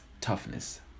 toughness